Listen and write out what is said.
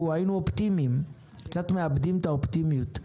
אנחנו היינו אופטימיים, קצת מאבדים את האופטימיות.